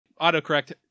autocorrect